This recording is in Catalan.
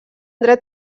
dret